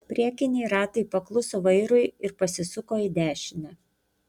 priekiniai ratai pakluso vairui ir pasisuko į dešinę